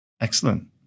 Excellent